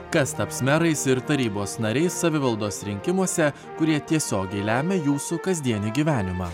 kas taps merais ir tarybos nariais savivaldos rinkimuose kurie tiesiogiai lemia jūsų kasdienį gyvenimą